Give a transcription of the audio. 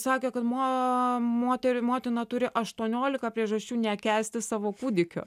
sakė kad ma moteri motina turi aštuoniolika priežasčių nekęsti savo kūdikio